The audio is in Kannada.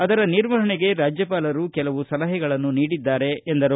ಅದರ ನಿರ್ವಹಣೆಗೆ ರಾಜ್ಯಪಾಲರು ಕೆಲವು ಸಲಹೆಗಳನ್ನು ನೀಡಿದ್ದಾರೆ ಎಂದರು